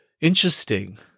interesting